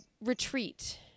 retreat